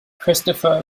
christopher